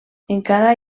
encara